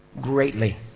greatly